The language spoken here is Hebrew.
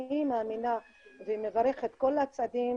אני מאמינה ומברכת את כל הצעדים,